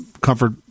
comfort